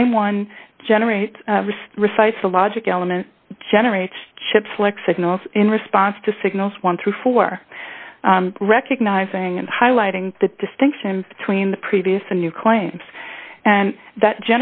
claim one generates resize the logic element generates chips like signals in response to signals one through four recognizing and highlighting the distinctions between the previous a new claims and that